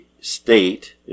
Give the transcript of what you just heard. State